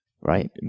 right